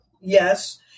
Yes